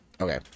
Okay